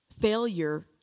failure